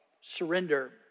surrender